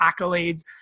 accolades